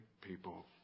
people